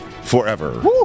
forever